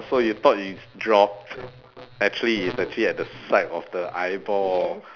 so you thought you dropped actually is actually at the side of the eyeball